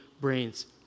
brains